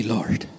Lord